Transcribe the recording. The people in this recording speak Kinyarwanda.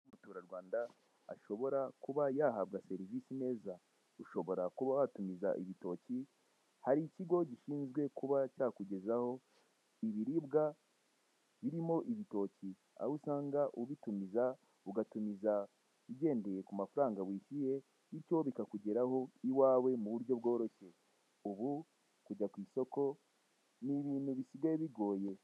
Umuturarwanda ashobora kuba yahabwa serivise neza, ashobora kuba yatumiza ibitoki. Hari ikigo gishinzwe kuba cyakugezaho ibiribwa birimo ibitoki. Aho usanga ubitumiza ugendeye ku mafaranga wishyuye, bityo bikakujyeraho vuba iwawe muburyo bworoshye. Ubu kujya kw'isoko n'ibintu bisigaye bigoye .